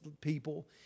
people